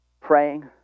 praying